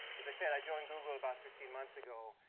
as i said, i joined google about fifteen months ago,